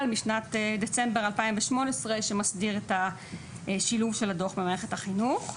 משנת דצמבר 2018 שמסדיר את השילוב של הדוח במערכת החינוך.